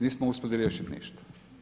Nismo uspjeli riješiti ništa.